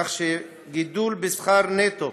כך שיש גידול בשכר נטו